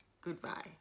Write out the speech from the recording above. goodbye